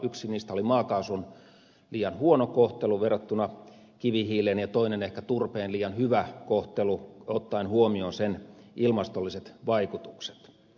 yksi niistä oli maakaasun liian huono kohtelu verrattuna kivihiileen ja toinen ehkä turpeen liian hyvä kohtelu ottaen huomioon sen ilmastolliset vaikutukset